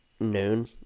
Noon